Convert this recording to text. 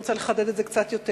אני רוצה לחדד את זה קצת יותר.